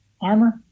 armor